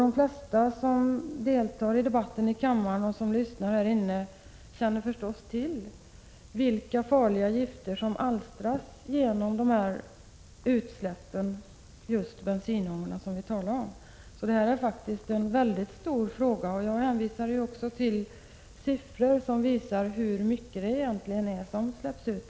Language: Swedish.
De flesta som deltar i debatten i kammaren och som lyssnar här känner förstås till vilka farliga gifter som finns i bensinångorna. Detta är en stor fråga. Jag hänvisade också till siffror som visade hur mycket som egentligen släpps ut.